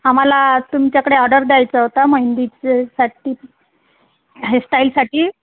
आम्हाला तुमच्याकडे ऑर्डर द्यायचं होता मेंदीचेसाठी हेरस्टाईलसाठी